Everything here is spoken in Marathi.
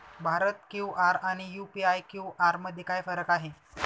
भारत क्यू.आर आणि यू.पी.आय क्यू.आर मध्ये काय फरक आहे?